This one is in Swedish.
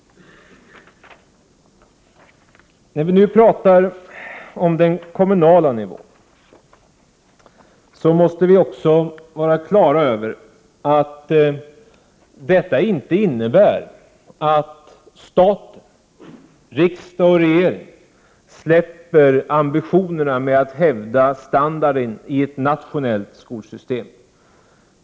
När man talar om den kommunala nivån måste man vara på det klara med att det inte innebär att staten, riksdag och regering, släpper ambitionerna när det gäller att hävda standarden i ett nationellt skolsystem.